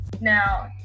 Now